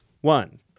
one